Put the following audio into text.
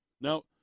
Now